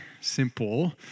simple